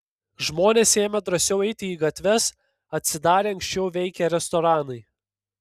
žmonės ėmė drąsiau eiti į gatves atsidarė anksčiau veikę restoranai